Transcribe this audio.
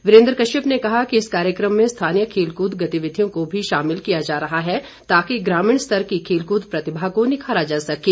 वीरेन्द्र कश्यप ने कहा कि इस कार्यक्रम में स्थानीय खेल कूद गतिविधयों को भी शामिल किया जा रहा है ताकि ग्रामीण स्तर की खेल कूद प्रतिभा को निखारा जा सकें